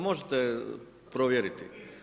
Možete provjeriti.